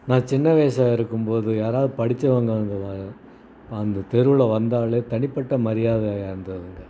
நான் சின்ன வயசாக இருக்கும்போது யாராவது படிச்சவங்க அங்கே வ அந்த தெருவில் வந்தாலே தனிப்பட்ட மரியாதை அந்த அங்கே